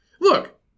Look